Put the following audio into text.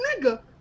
nigga